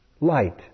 light